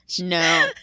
No